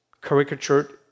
caricatured